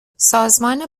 سازمان